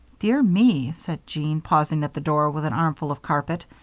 dear me, said jean, pausing at the door with an armful of carpet.